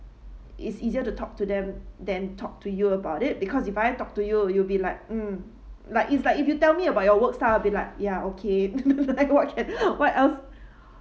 it's easier to talk to them then talk to you about it because if I talk to you you'll be like mm like it's like if you tell me about your works I'll be like ya okay like what can what else